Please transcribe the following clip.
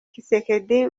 tshisekedi